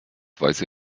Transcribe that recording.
weiße